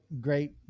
great